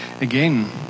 Again